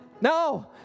no